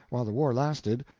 while the war lasted.